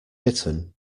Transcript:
bitten